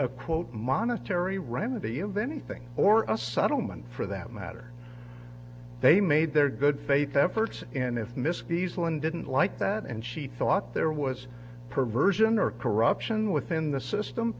a quote monetary remedy invent a thing or a settlement for that matter they made their good faith efforts and if misc eastland didn't like that and she thought there was perversion or corruption within the system